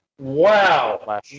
Wow